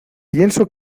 pienso